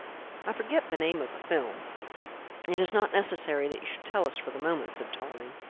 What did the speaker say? i forget the name of the film it is not necessary that you should tell us for the moment, said tarling.